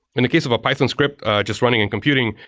in the case of a python script just running and computing,